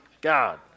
God